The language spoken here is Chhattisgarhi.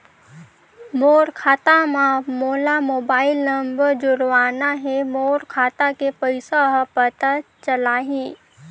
मोर खाता मां मोला मोबाइल नंबर जोड़वाना हे मोर खाता के पइसा ह पता चलाही?